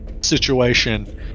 situation